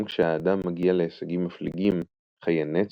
גם כשהאדם מגיע להישגים מפליגים - חיי נצח,